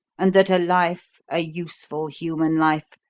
and that a life, a useful human life,